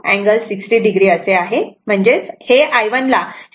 तेव्हा ही phasor diagram आहे